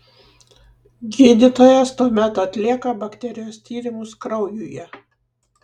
gydytojas tuomet atlieka bakterijos tyrimus kraujuje